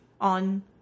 on